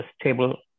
stable